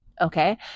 okay